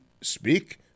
speak